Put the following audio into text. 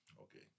Okay